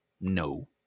No